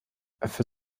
für